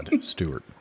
Stewart